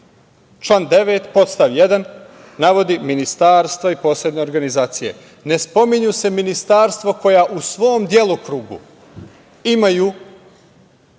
9. podstav 1. navodi ministarstva i posebne organizacije. Ne spominju se ministarstva koja u svom delokrugu imaju